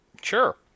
Sure